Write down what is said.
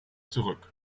zurück